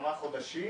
כמה חודשים